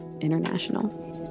International